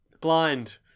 blind